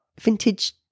vintage